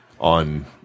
on